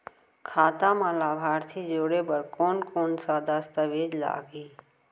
खाता म लाभार्थी जोड़े बर कोन कोन स दस्तावेज लागही?